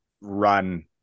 run